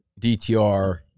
dtr